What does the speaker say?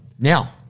Now